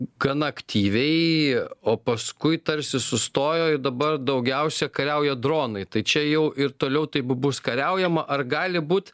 gan aktyviai o paskui tarsi sustojo ir dabar daugiausia kariauja dronai tai čia jau ir toliau taip bus kariaujama ar gali būt